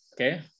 Okay